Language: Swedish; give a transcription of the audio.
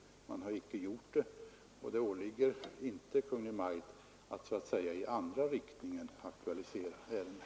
Man har inte gjort det. Det åligger inte Kungl. Maj:t att så att säga i andra riktningen aktualisera ärendet.